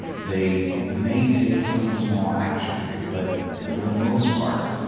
they may take some small action but for the most part,